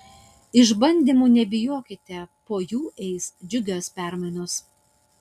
išbandymų nebijokite po jų eis džiugios permainos